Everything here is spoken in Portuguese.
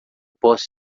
possa